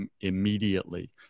immediately